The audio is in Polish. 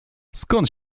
skąd